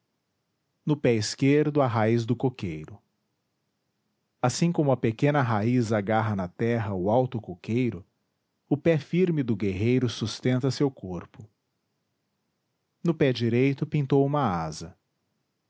no pé esquerdo a raiz do coqueiro assim como a pequena raiz agarra na terra o alto coqueiro o pé firme do guerreiro sustenta seu corpo no pé direito pintou uma asa